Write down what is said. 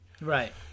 right